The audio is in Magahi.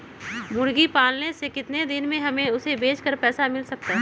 मुर्गी पालने से कितने दिन में हमें उसे बेचकर पैसे मिल सकते हैं?